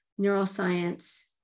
neuroscience